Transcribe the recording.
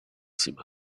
seem